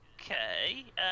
Okay